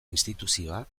instituzioa